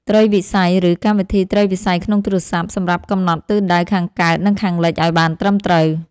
ត្រីវិស័យ ឬកម្មវិធីត្រីវិស័យក្នុងទូរសព្ទ សម្រាប់កំណត់ទិសដៅខាងកើត និងខាងលិចឱ្យបានត្រឹមត្រូវ។